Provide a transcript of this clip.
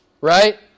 right